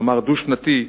כלומר דו-שנתי,